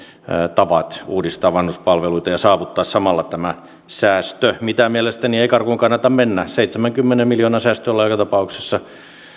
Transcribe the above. tavat uudistaa vanhuspalveluita ja saavuttaa samalla tämä säästö mitä mielestäni ei karkuun kannata mennä koska seitsemänkymmenen miljoonan säästöä ollaan joka tapauksessa